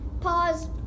pause